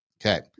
Okay